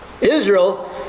Israel